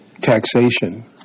taxation